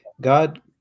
God